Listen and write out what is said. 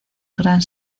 gran